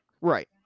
right